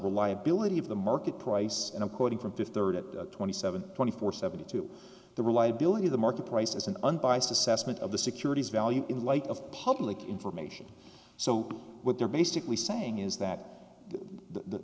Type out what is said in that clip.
reliability of the market price and i'm quoting from fifth twenty seven twenty four seventy two the reliability of the market price as an unbiased assessment of the securities value in light of public information so what they're basically saying is that the